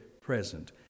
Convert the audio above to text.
present